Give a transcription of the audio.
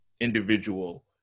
individual